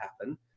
happen